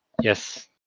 yes